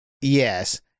Yes